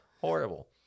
Horrible